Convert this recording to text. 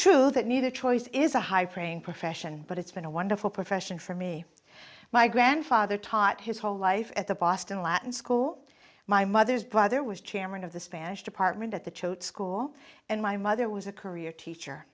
true that need a choice is a high paying profession but it's been a wonderful profession for me my grandfather taught his whole life at the boston latin school my mother's brother was chairman of the spanish department at the choate school and my mother was a career teacher